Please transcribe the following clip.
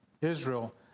Israel